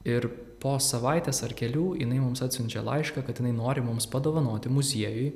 ir po savaitės ar kelių jinai mums atsiunčia laišką kad jinai nori mums padovanoti muziejui